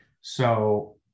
So-